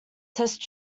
test